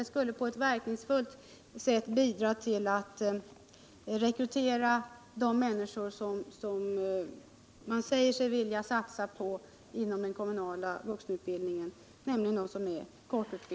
Det skulle på ett verkningsfullt sätt bidra till att rekrytera just de människor som man säger sig vilja satsa på inom den kommunala vuxenutbildningen, nämligen de som går på kurs.